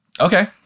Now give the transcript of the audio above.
Okay